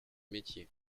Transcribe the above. métier